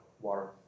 Water